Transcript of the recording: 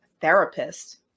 therapist